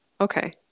Okay